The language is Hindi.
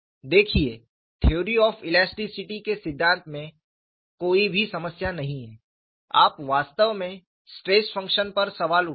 देखिए थ्योरी ऑफ़ इलास्टिसिटी के सिद्धांत में कोई भी समस्या नहीं है आप वास्तव में स्ट्रेस फंक्शन पर सवाल उठाते हैं